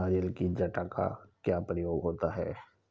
नारियल की जटा का क्या प्रयोग होता है?